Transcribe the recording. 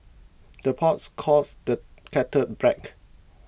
the pots calls the kettle black